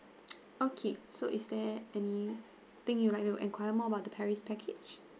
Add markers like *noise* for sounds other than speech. *noise* okay so is there anything you would like to inquire more about the paris package